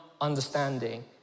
understanding